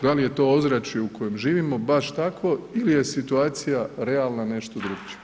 Da vam je to ozračje u kojem živimo baš takvo ili je situacija realna nešto drukčija.